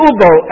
Ubo